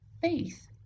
faith